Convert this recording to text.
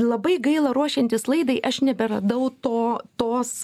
labai gaila ruošiantis laidai aš neberadau to tos